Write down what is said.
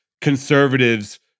conservatives